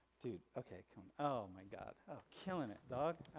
dude, okay. come. oh my god killing it dawg.